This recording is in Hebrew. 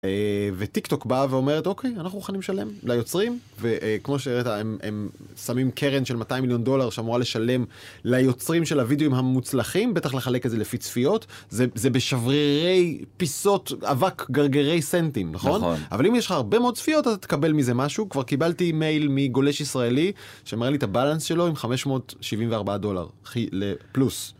וטיק טוק באה ואומרת, אוקיי, אנחנו מוכנים לשלם ליוצרים, וכמו שהראית הם שמים קרן של 200 מיליון דולר שאמורה לשלם ליוצרים של הוידאויים המוצלחים, בטח לחלק את זה לפי צפיות, זה בשברירי פיסות אבק גרגרי סנטים, נכון? אבל אם יש לך הרבה מאוד צפיות אתה תקבל מזה משהו, כבר קיבלתי מייל מגולש ישראלי שמראה לי את הבלנס שלו עם 574 דולר פלוס.